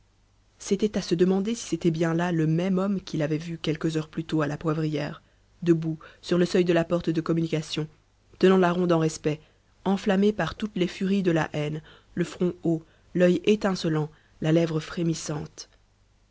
c'était à se demander si c'était bien là le même homme qu'il avait vu quelques heures plus tôt à la poivrière debout sur le seuil de la porte de communication tenant la ronde en respect enflammé par toutes les furies de la haine le front haut l'œil étincelant la lèvre frémissante